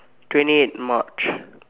twenty eight March